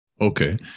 Okay